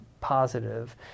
positive